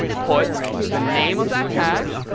put the name of that tag,